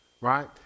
right